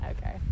Okay